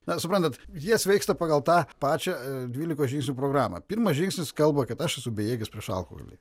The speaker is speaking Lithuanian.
na suprantat jie sveiksta pagal tą pačią dvylikos žingsnių programą pirmas žingsnis kalba kad aš esu bejėgis prieš alkoholį